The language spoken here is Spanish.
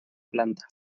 planta